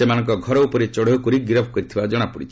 ସେମାନଙ୍କ ଘର ଉପରେ ଚଢ଼ାଉ କରି ଗିରଫ୍ କରିଥିବା ଜଣାପଡ଼ିଛି